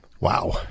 Wow